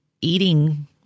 Eating